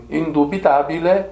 indubitabile